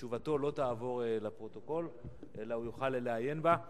תשובתו לא תעבור לפרוטוקול אלא הוא יוכל לעיין בה.